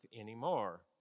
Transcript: anymore